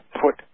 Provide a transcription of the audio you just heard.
put